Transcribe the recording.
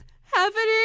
happening